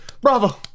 Bravo